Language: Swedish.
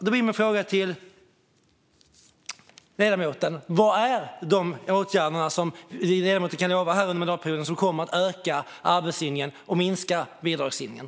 Min fråga till ledamoten blir: Vilka åtgärder kan ledamoten lova här kommer att öka arbetslinjen och minska bidragslinjen?